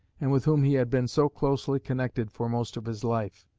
and with whom he had been so closely connected for most of his life.